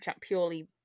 purely